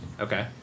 Okay